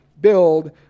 build